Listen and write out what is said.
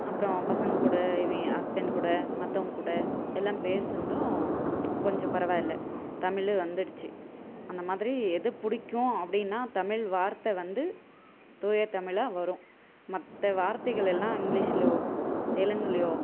அப்புறம் பசங்கள் கூட இ என் ஹஸ்பண்டு கூட மற்றவங்க கூட எல்லாம் பேசினதும் கொஞ்சம் பரவாயில்லை தமிழ் வந்துடுச்சு அந்தமாதிரி எது பிடிக்கும் அப்படின்னா தமிழ் வார்த்தை வந்து தூய தமிழா வரும் மற்ற வார்த்தைகள் எல்லாம் இங்கிலீஷ்லேயோ தெலுங்குலேயோ